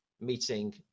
meeting